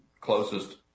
closest